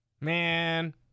Man